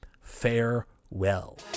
Farewell